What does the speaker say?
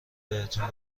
بهتون